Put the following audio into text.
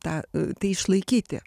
tą tai išlaikyti